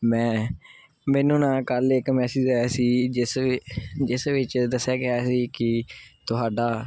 ਮੈਂ ਮੈਨੂੰ ਨਾ ਕੱਲ੍ਹ ਇੱਕ ਮੈਸੇਜ ਆਇਆ ਸੀ ਜਿਸ ਜਿਸ ਵਿੱਚ ਦੱਸਿਆ ਗਿਆ ਸੀ ਕਿ ਤੁਹਾਡਾ